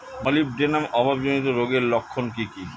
Molybdenum অভাবজনিত রোগের লক্ষণ কি কি?